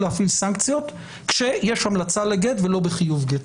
להפעיל סנקציות כשיש המלצה לגט ולא בחיוב גט,